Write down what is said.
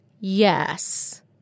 Yes